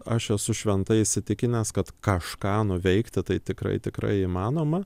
aš esu šventai įsitikinęs kad kažką nuveikti tai tikrai tikrai įmanoma